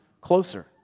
closer